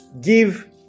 give